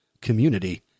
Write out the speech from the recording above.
community